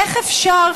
איך אפשר,